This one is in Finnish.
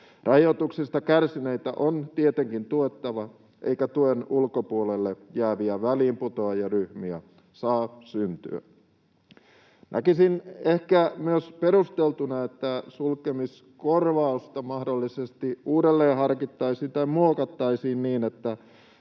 Rajoituksista kärsineitä on tietenkin tuettava, eikä tuen ulkopuolelle jääviä väliinputoajaryhmiä saa syntyä. Näkisin ehkä myös perusteltuna, että sulkemiskorvausta mahdollisesti uudelleenharkittaisiin tai muokattaisiin niin, että